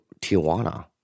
tijuana